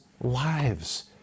lives